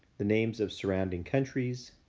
the names of surrounding countries.